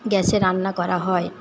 গ্যাসে রান্না করা হয়